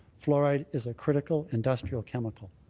fluoride is a critical industrial chemical.